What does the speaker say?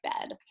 bed